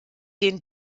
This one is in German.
den